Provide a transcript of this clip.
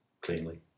cleanly